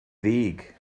ddig